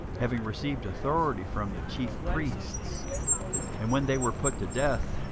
having received authority from the chief priests and when they were put to death,